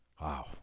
Wow